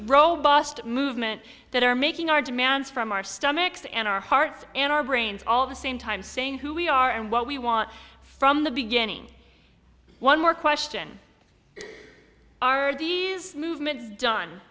robust movement that are making our demands from our stomachs and our hearts and our brains all the same time saying who we are and what we want from the beginning one more question are these movements done